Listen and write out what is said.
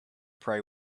prey